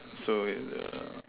so is err